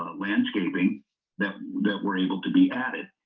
ah landscaping that that were able to be added